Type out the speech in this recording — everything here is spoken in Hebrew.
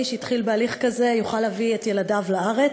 שהתחיל בהליך כזה יוכל להביא את ילדיו לארץ.